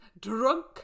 drunk